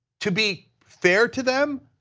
to be fair to them,